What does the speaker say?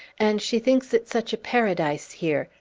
and she thinks it such a paradise here,